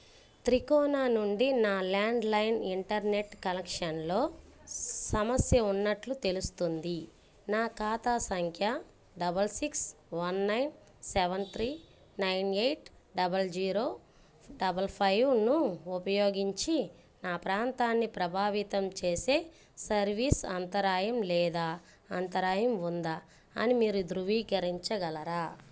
త్రికోణ నుండి నా landline internet కనెక్షన్లో సమస్య ఉన్నట్లు తెలుస్తోంది నా ఖాతా సంఖ్య double six one nine seven three nine eight double zero double ఫైవ్ను ఉపయోగించి నా ప్రాంతాన్ని ప్రభావితం చేసే సర్వీస్ అంతరాయం లేదా అంతరాయం ఉందా అని మీరు ధృవీకరించగలరా